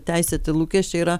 teisėti lūkesčiai yra